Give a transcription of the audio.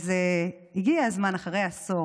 אז הגיע הזמן, אחרי עשור,